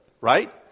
right